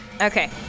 Okay